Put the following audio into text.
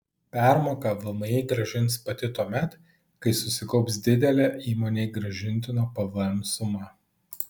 permoką vmi grąžins pati tuomet kai susikaups didelė įmonei grąžintino pvm suma